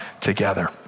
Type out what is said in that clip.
together